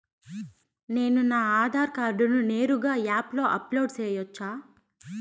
నేను నా ఆధార్ కార్డును నేరుగా యాప్ లో అప్లోడ్ సేయొచ్చా?